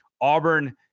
Auburn